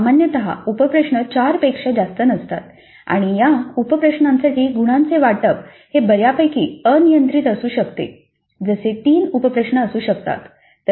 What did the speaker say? परंतु सामान्यत उप प्रश्न 4 पेक्षा जास्त नसतात आणि या उप प्रश्नांसाठी गुणांचे वाटप हे बऱ्यापैकी अनियंत्रित असू शकते जसे 3 उप प्रश्न असू शकतात